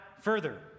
further